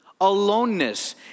Aloneness